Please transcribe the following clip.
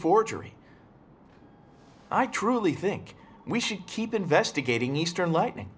forgery i truly think we should keep investigating eastern lightning